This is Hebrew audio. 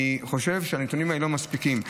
אני חושב שהנתונים האלה לא מספיקים.